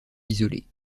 isolées